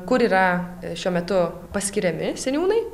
kur yra šiuo metu paskiriami seniūnai